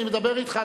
כשאני מדבר אתך,